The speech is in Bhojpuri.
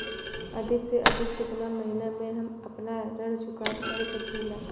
अधिक से अधिक केतना महीना में हम आपन ऋण चुकता कर सकी ले?